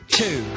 two